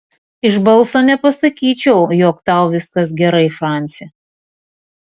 iš balso nepasakyčiau jog tau viskas gerai franci